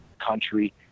country